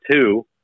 two